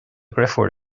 dheirfiúr